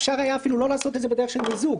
אפשר היה אפילו לא לעשות את זה בדרך של מיזוג,